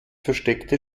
versteckte